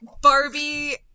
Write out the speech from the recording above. Barbie